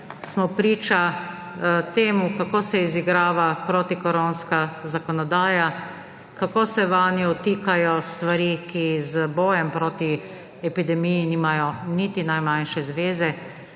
smo priča temu, kako se izigrava protikoronska zakonodaja, kako se vanjo vtikajo stvari, ki z bojem proti epidemiji nimajo niti najmanjše zveze,